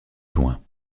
juin